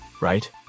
right